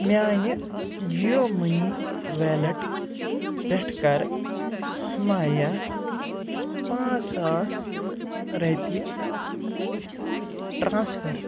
میٛانہِ Jio money wallet پٮ۪ٹھٕ کَر سُمَیَس پانٛژھ ساس رۄپیہِ ٹرٛانٕسفر